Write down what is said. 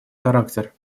характер